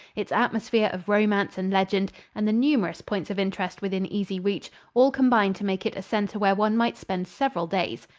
its atmosphere of romance and legend and the numerous points of interest within easy reach all combine to make it a center where one might spend several days.